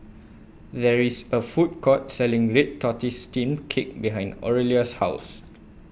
There IS A Food Court Selling Red Tortoise Steamed Cake behind Aurelia's House